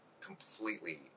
completely